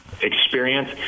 experience